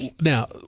Now